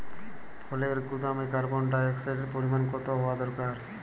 ফলের গুদামে কার্বন ডাই অক্সাইডের পরিমাণ কত হওয়া দরকার?